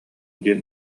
диэн